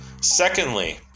Secondly